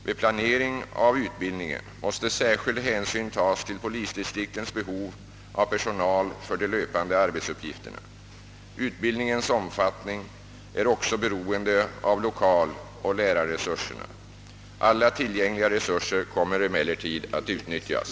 Vid planering av utbildningen måste särskild hänsyn tas till polisdistriktens behov av personal för de löpande arbetsuppgifterna. Utbildningens omfattning är också beroende av lokaloch lärarresurserna. Alla tillgängliga resurser kommer emellertid att utnyttjas.